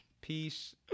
Peace